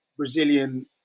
Brazilian